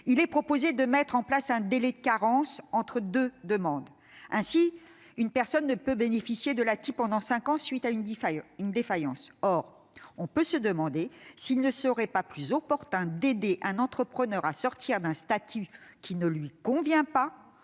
il est proposé de mettre en place un « délai de carence » entre deux demandes. Ainsi, une personne ne peut bénéficier de l'ATI pendant cinq ans à la suite d'une défaillance. Or on peut se demander s'il ne serait pas plus opportun d'aider un entrepreneur à sortir d'un statut qui ne lui convient pas